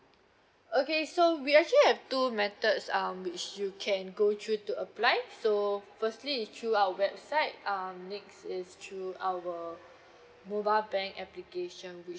okay so we actually have two methods um which you can go through to apply so firstly is through our website um next is through our mobile plan application